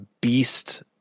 beast